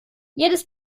jedes